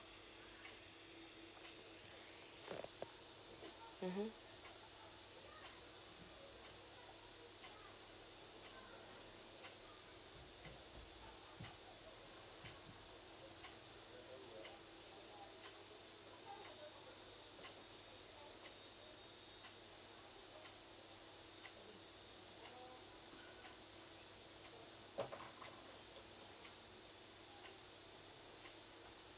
mmhmm